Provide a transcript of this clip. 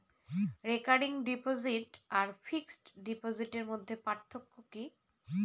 Recurring deposit আর fixed ডিপোজিটের মধ্যে পার্থক্য কি?